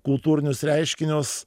kultūrinius reiškinius